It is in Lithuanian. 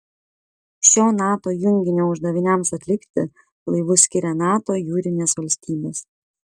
šio nato junginio uždaviniams atlikti laivus skiria nato jūrinės valstybės